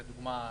לדוגמה,